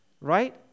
right